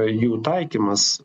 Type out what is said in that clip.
jų taikymas